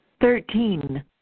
Thirteen